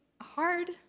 hard